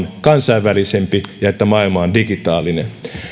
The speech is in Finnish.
kansainvälisempi ja että maailma on digitaalinen